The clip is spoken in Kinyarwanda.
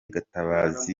gatabazi